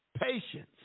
Patience